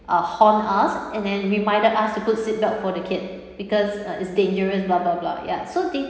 uh horn us and then reminded us to put seatbelt for the kid because uh it's dangerous blah blah blah ya so